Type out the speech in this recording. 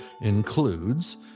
includes